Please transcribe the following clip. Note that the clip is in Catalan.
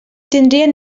tindrien